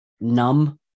numb